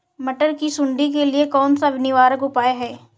मटर की सुंडी के लिए कौन सा निवारक उपाय है?